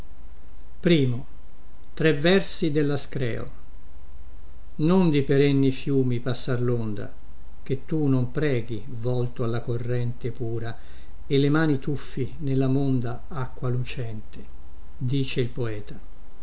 e le e a on di perenni fiumi passar londa che tu non preghi volto alla corrente pura e le mani tuffi nella monda acqua lucente dice il poeta